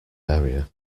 area